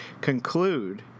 conclude